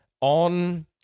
on